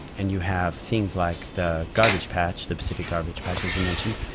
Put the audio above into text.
and you have things like the garbage patch, the pacific garbage patch, as you mentioned.